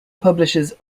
publishes